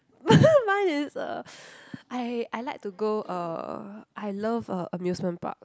mine is uh I I like to go uh I love uh amusement park